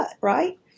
right